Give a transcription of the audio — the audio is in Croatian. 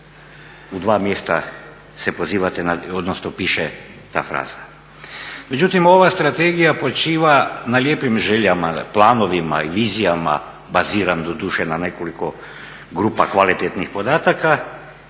U 2 mjesta se pozivate, odnosno piše ta fraza. Međutim, ova strategija počiva na lijepim željama, planovima i vizijama, baziram doduše na nekoliko grupa kvalitetnih podataka,